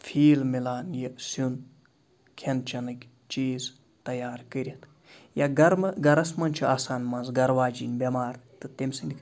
feel میلان یہِ سیُن کھیٚن چیٚنٕکۍ چیٖز تَیار کٔرِتھ یا گَرمہٕ گَھرَس منٛز چھِ آسان منٛز گَھرٕ واجِنۍ بیٚمار تہٕ تٔمۍ سٕنٛدۍ